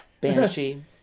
Banshee